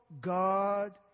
God